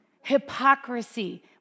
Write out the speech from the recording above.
hypocrisy